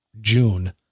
June –